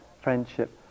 friendship